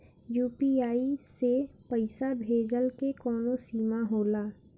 UPI से पईसा भेजल के कौनो सीमा होला?